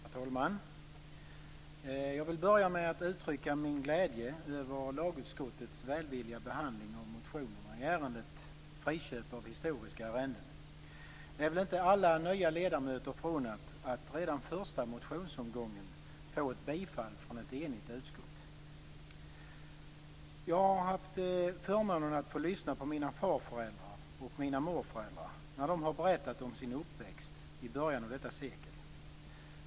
Herr talman! Jag vill börja med att uttrycka min glädje över lagutskottets välvilliga behandling av motionerna i ärendet om friköp av historiska arrenden. Det är väl inte alla nya ledamöter förunnat att redan första motionsomgången få ett bifall från ett enigt utskott. Jag har haft förmånen att få lyssna på mina farföräldrar och morföräldrar när de har berättat om sin uppväxt i början av detta sekel.